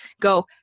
go